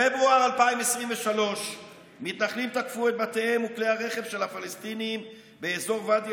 בפברואר 2023 מתנחלים תקפו את בתיהם וכלי הרכב של הפלסטינים באזור ואדי,